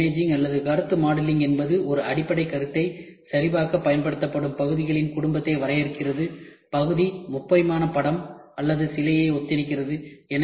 திட இமேஜிங் அல்லது கருத்து மாடலிங் என்பது ஒரு அடிப்படைக் கருத்தை சரிபார்க்கப் பயன்படுத்தப்படும் பகுதிகளின் குடும்பத்தை வரையறுக்கிறது பகுதி முப்பரிமாண படம் அல்லது சிலையை ஒத்திருக்கிறது